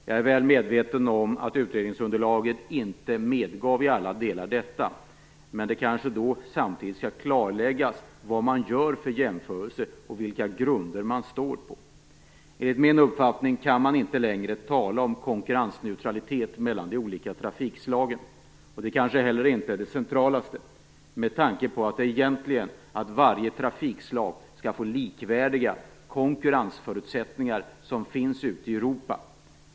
Jag är väl medveten om att utredningsunderlaget inte i alla delar medgav detta. Men det skall samtidigt klarläggas vilka jämförelser man gör och vilka grunder man står på. Enligt min uppfattning kan man inte längre tala om konkurrensneutralitet mellan de olika trafikslagen. Det kanske inte heller är det centrala med tanke på att varje trafikslag skall få likvärdiga konkurrensförutsättningar med de som finns ute i Europa.